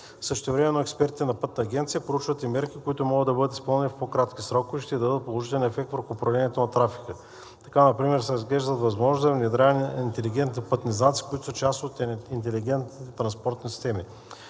Същевременно експертите на Пътната агенция проучват и мерки, които могат да бъдат изпълнени в по-кратки срокове и ще имат положителен ефект върху управлението на трафика. Така например се разглеждат възможности за внедряване на интелигентните пътни знаци, които са част от интелигентните транспортни системи.